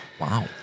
wow